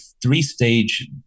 three-stage